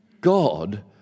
God